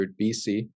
BC